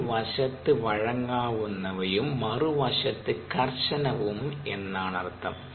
ഒരു വശത്ത് വഴങ്ങാവുന്നവയും മറുവശത്ത് കർശനവും എന്നാണർത്ഥം